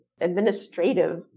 administrative